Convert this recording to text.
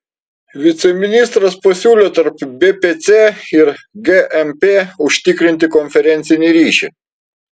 viceministras pasiūlė tarp bpc ir gmp užtikrinti konferencinį ryšį